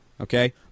okay